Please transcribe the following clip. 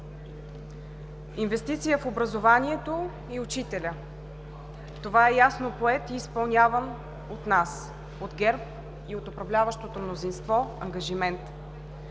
инвестиция в образованието и учителя – това е ясно поет и изпълняван от нас, от ГЕРБ и управляващото мнозинство ангажимент